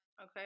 okay